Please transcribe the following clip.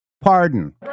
pardon